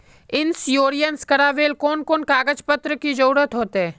Insurance करावेल कोन कोन कागज पत्र की जरूरत होते?